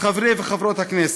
חברי וחברות הכנסת,